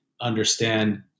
understand